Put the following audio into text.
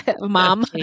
mom